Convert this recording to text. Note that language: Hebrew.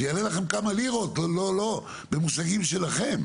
זה יעלה לכם כמה לירות במושגים שלכם.